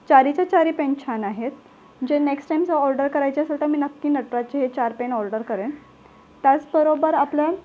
चारीच्या चारी पेन छान आहेत जे नेक्स्ट टाईम जर ऑर्डर करायची असेल तर मी नक्की नटराजचे हे चार पेन ऑर्डर करेन त्याचबरोबर आपल्या